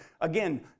Again